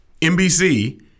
NBC